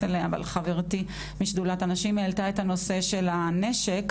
אליה אבל חברתי משדולת הנשים העלתה את הנושא של הנשק,